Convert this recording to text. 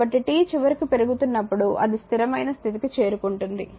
కాబట్టి t చివరికి పెరుగుతున్నప్పుడు అది స్థిరమైన స్థితికి చేరుకుంటుంది